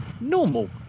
normal